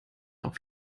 auf